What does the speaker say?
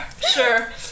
Sure